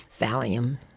Valium